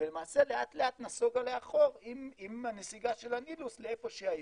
ולמעשה לאט לאט נסוגה לאחור עם הנסיגה של הנילוס לאיפה שהיא היום.